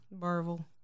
Marvel